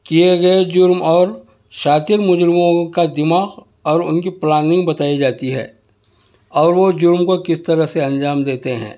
کئے گئے جُرم اور شاطر مجرموں کا دماغ اور اُن کی پلاننگ بتائی جاتی ہے اور وہ جُرم کو کس طرح سے انجام دیتے ہیں